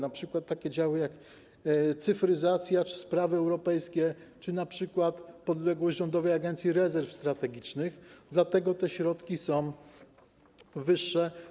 Mamy tu takie działy, jak np. cyfryzacja, sprawy europejskie, czy np. podległość Rządowej Agencji Rezerw Strategicznych, dlatego te środki są wyższe.